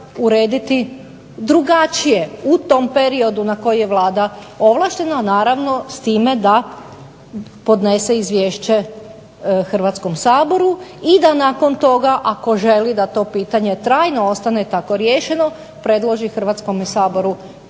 urediti drugačije, u tom periodu na koji je Vlada ovlaštena, naravno s time da podnese izvješće Hrvatskom saboru, i da nakon toga ako želi da to pitanje trajno ostane tako riješeno predloži Hrvatskome saboru